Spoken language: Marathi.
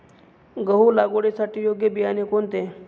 गहू लागवडीसाठी योग्य बियाणे कोणते?